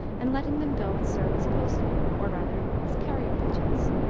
and letting them go and serve as postmen, or rather as carrier-pigeons.